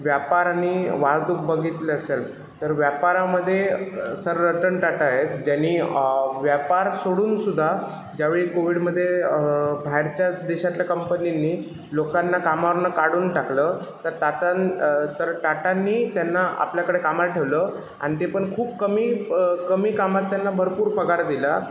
व्यापार आणि वाहतूक बघितलं सर तर व्यापारामध्ये सर रतन टाटा आहेत ज्यांनी व्यापार सोडून सुद्धा ज्यावेळी कोविडमध्ये बाहेरच्या देशातल्या कंपनींनी लोकांना कामावरनं काढून टाकलं तर तातां तर टाटांनी त्यांना आपल्याकडे कामाला ठेवलं आणि ते पण खूप कमी कमी कामात त्यांना भरपूर पगार दिला